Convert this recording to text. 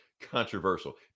controversial